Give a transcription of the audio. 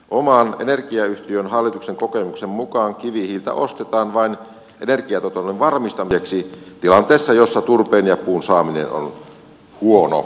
oman energiayhtiön hallituskokemukseni mukaan kivihiiltä ostetaan vain energiantuotannon varmistamiseksi tilanteessa jossa turpeen ja puun saaminen on huono